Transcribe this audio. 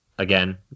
Again